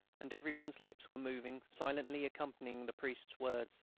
and every one's lips were moving silently accompanying the priest's words.